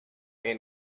may